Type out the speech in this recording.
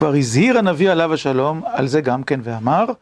כבר הזהיר הנביא עליו השלום על זה גם כן ואמר.